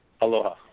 Aloha